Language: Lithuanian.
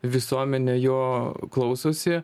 visuomenė jo klausosi